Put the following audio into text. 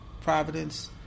Providence